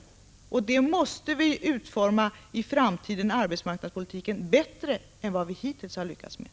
I det avseendet måste vi i fortsättningen utforma arbetsmarknadspolitiken bättre än vad vi hittills har lyckats göra.